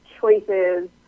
choices